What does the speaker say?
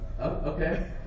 okay